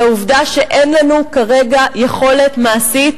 את העובדה שאין לנו כרגע יכולת מעשית